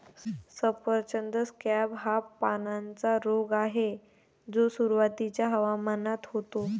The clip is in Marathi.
सफरचंद स्कॅब हा पानांचा रोग आहे जो सुरुवातीच्या हवामानात होतो